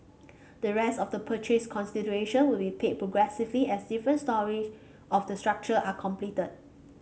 the rest of the purchase consideration will be paid progressively as different storeys of the structure are completed